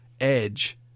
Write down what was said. Edge